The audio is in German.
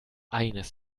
eines